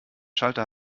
schalter